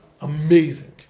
amazing